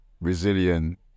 resilient